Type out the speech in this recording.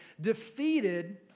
defeated